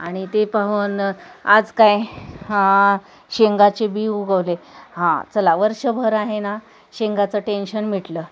आणि ते पाहून आज काय ह शेंगाचे बी उगवले हां चला वर्षभर आहे ना शेंगाचं टेन्शन मिटलं